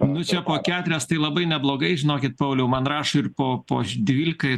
nu čia po keturias tai labai neblogai žinokit pauliau man rašo ir po po dvylika ir